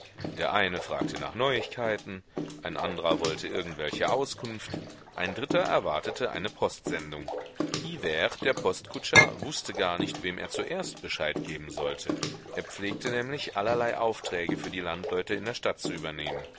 der eine fragte nach neuigkeiten ein andrer wollte irgendwelche auskunft ein dritter erwartete eine postsendung hivert der postkutscher wußte gar nicht wem er zuerst bescheid geben sollte er pflegte nämlich allerlei aufträge für die landleute in der stadt zu übernehmen